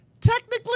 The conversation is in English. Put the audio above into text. technically